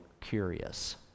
curious